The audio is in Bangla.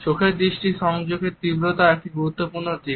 চোখের দৃষ্টি সংযোগের তীব্রতাও একটি গুরুত্বপূর্ণ দিক